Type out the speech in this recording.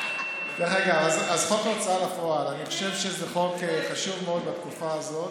זה חוק חשוב מאוד בתקופה הזאת,